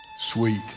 sweet